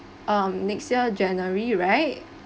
um next year january right